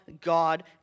God